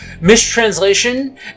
mistranslation